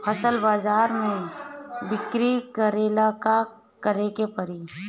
फसल बाजार मे बिक्री करेला का करेके परी?